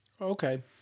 Okay